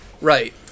Right